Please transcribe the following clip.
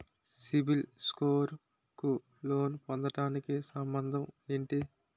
CIBIL score కు loan పొందటానికి సంబంధం ఏంటి?